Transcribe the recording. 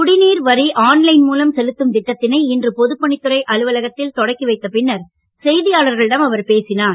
குடிநீர் வரி ஆன்லைன் மூலம் செலுத்தும் திட்டத்தனை இன்று பொதுப்பணித்துறை அலுவலகத்தில் தொடக்கி வைத்த பின்னர் செய்தியாளர்களிடம் அவர் பேசினார்